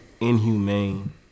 inhumane